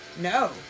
no